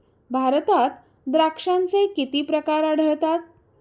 भारतात द्राक्षांचे किती प्रकार आढळतात?